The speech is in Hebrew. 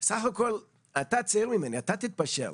בסך הכל, אתה צעיר ממני, אתה תתבשל.